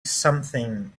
something